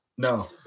No